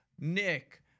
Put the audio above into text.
Nick